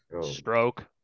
Stroke